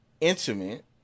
intimate